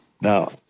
Now